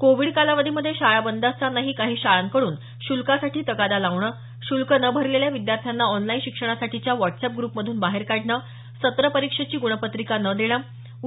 Covid कालावधीमध्ये शाळा बंद असताना काही शाळांकडून शुल्कासाठी तगादा लावणं शुल्क न भरलेल्या विद्यार्थ्यांना ऑनलाईन शिक्षणासाठीच्या व्हॉट्सअॅप ग्रपमधून बाहेर काढणं सत्र परीक्षेची ग्णपत्रिका न देणं